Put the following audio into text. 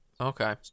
Okay